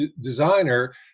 designer